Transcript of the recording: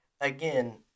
again